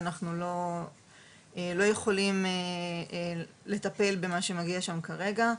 ואנחנו לא יכולים לטפל במה שמגיע שם כרגע.